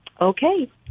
Okay